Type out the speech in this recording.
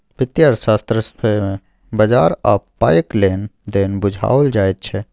वित्तीय अर्थशास्त्र मे बजार आ पायक लेन देन बुझाओल जाइत छै